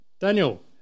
Daniel